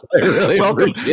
welcome